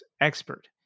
expert